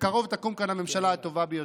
בקרוב תקום כאן הממשלה הטובה ביותר.